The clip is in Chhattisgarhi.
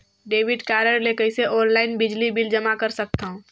डेबिट कारड ले कइसे ऑनलाइन बिजली बिल जमा कर सकथव?